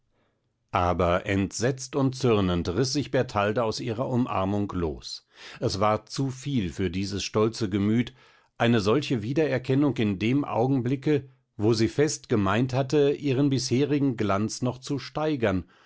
aber entsetzt und zürnend riß sich bertalda aus ihrer umarmung los es war zu viel für dieses stolze gemüt eine solche wiedererkennung in dem augenblicke wo sie fest gemeint hatte ihren bisherigen glanz noch zu steigern